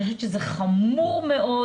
אני חושבת שזה חמור מאוד,